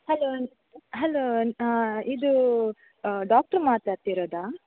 hello hello ಇದು doctor ಮಾತಾಡ್ತಿರೋದಾ